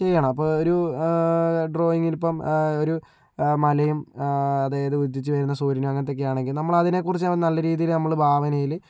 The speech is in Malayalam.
ചെയ്യണം അപ്പോൾ ഒരു ഡ്രോയിങ്ങിനിപ്പോൾ ഒരു മലയും അതായത് ഉദിച്ചുവരുന്ന സൂര്യനും അങ്ങനത്തെ ഒക്കെയാണെങ്കിൽ നമ്മൾ അതിനെക്കുറച്ച് നല്ല രീതിയിൽ നമ്മൾ ഭാവനയിൽ